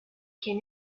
can